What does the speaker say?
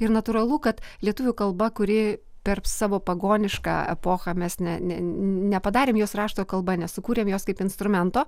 ir natūralu kad lietuvių kalba kuri per savo pagonišką epochą mes ne ne nepadarėm jos rašto kalba nesukūrėm jos kaip instrumento